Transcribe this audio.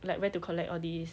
like where to collect all these